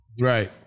Right